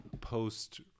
post